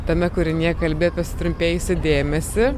tame kūrinyje kalbi apie sutrumpėjusį dėmesį